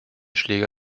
schläger